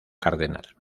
cardenal